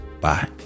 Bye